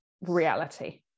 reality